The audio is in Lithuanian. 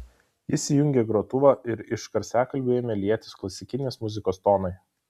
jis įjungė grotuvą ir iš garsiakalbių ėmė lietis klasikinės muzikos tonai